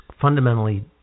fundamentally